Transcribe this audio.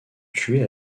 tué